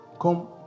come